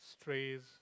strays